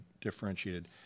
differentiated